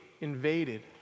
invaded